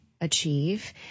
Achieve